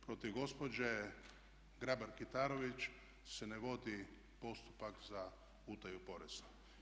Protiv gospođe Grabar-Kitarović se ne vodi postupak za utaju poreza.